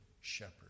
shepherd